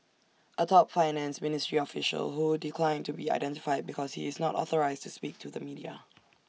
A top finance ministry official who declined to be identified because he is not authorised to speak to the media